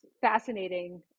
fascinating